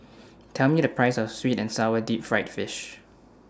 Tell Me The Price of Sweet and Sour Deep Fried Fish